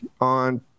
on